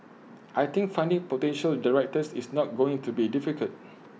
I think finding potential directors is not going to be difficult